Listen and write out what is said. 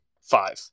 Five